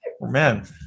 man